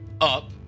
Up